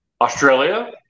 Australia